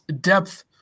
depth